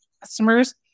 customers